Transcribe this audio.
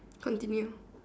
continue